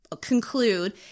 conclude